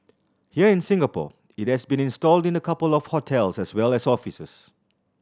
here in Singapore it has been installed in a couple of hotels as well as offices